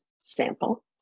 Sample